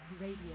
Radio